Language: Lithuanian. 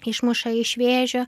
išmuša iš vėžių